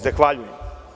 Zahvaljujem.